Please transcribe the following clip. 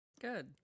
Good